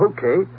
Okay